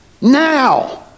now